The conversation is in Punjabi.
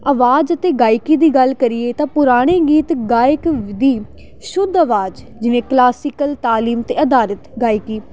ਆਵਾਜ਼ ਅਤੇ ਗਾਇਕੀ ਦੀ ਗੱਲ ਕਰੀਏ ਤਾਂ ਪੁਰਾਣੇ ਗੀਤ ਗਾਇਕ ਵ ਦੀ ਸ਼ੁੱਧ ਆਵਾਜ਼ ਜਿਵੇਂ ਕਲਾਸੀਕਲ ਤਾਲੀਮ 'ਤੇ ਅਧਾਰਿਤ ਗਾਇਕੀ